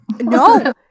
no